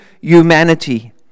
humanity